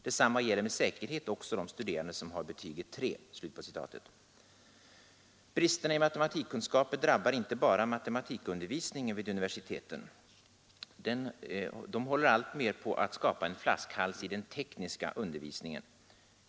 Detsamma gäller med säkerhet också de studerande som har betyget 3.” Bristerna i matematikkunskaper drabbar inte bara matematikundervisningen vid universiteten. De håller alltmer på att skapa en flaskhals i den tekniska undervisningen.